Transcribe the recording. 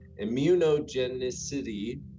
immunogenicity